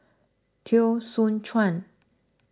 Teo Soon Chuan